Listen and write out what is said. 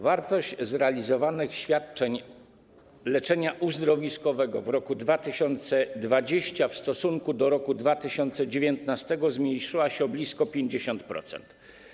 Wartość zrealizowanych świadczeń leczenia uzdrowiskowego w roku 2020 w stosunku do roku 2019 zmniejszyła się o blisko 50%.